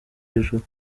hejuru